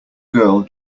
girl